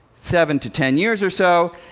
seven to ten years or so.